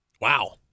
Wow